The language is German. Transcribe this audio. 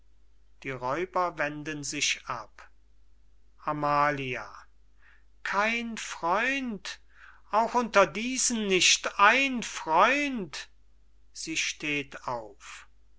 die räuber wenden sich ab amalia kein freund auch unter diesen nicht ein freund